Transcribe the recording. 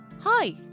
Hi